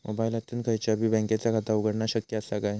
मोबाईलातसून खयच्याई बँकेचा खाता उघडणा शक्य असा काय?